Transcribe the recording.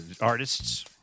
artists